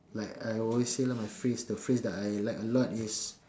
like I always say lah my phrase the phrase I like a lot is